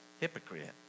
hypocrite